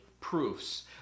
proofs